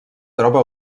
troba